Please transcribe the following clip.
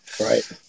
right